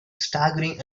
staggering